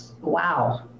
Wow